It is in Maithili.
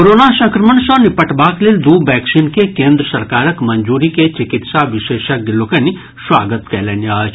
कोरोना संक्रमण सँ निपटबाक लेल दू वैक्सीन के केन्द्र सरकारक मंजूरी के चिकित्सा विशेषज्ञ लोकनि स्वागत कयलनि अछि